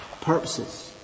purposes